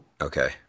okay